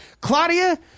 Claudia